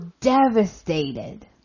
devastated